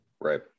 Right